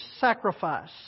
sacrifice